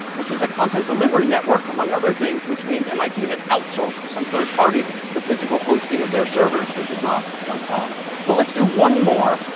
which is a content delivery network, among other things. which means mit has outsourced to some third party the physical hosting of their servers, which is not uncommon. but let's do one more.